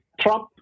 Trump